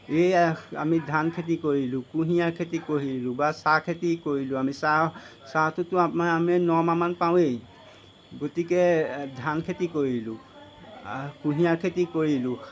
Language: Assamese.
এই আমি ধান খেতি কৰিলোঁ কুঁহিয়াৰ খেতি কৰিলোঁ বা চাহ খেতি কৰিলোঁ আমি চাহ চাহটোতো আমি আমাৰ নমাহ মান পাওঁৱেই গতিকে ধান খেতি কৰিলোঁ কুঁহিয়াৰ খেতি কৰিলোঁ